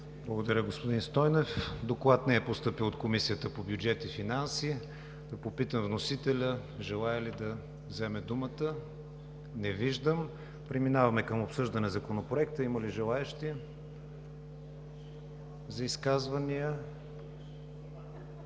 Благодаря, господин Стойнев. Доклад не е постъпил от Комисията по бюджет и финанси. Да попитам вносителя желае ли да вземе думата? Не виждам. Преминаване към обсъждане на Законопроекта. Има ли желаещи за изказвания?